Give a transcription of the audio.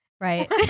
right